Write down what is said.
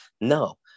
No